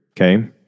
Okay